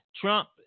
Trump